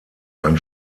ein